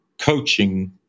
coaching